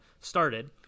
started